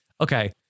Okay